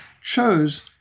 chose